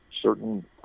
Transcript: certain